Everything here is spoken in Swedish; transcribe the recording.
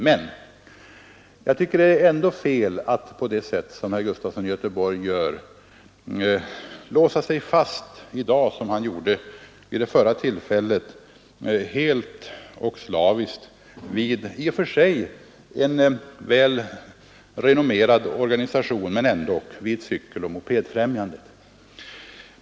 Men jag tycker ändå att det är fel att på det sätt som herr Gustafson gör i dag och som han gjorde vid det förra tillfället låsa sig fast vid en i och för sig väl renommerad organisation, nämligen Cykeloch mopedfrämjandet.